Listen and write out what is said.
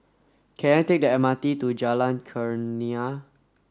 can I take the M R T to Jalan Kurnia